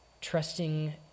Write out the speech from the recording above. trusting